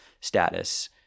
status